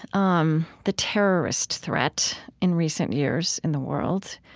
um the terrorist threat in recent years in the world.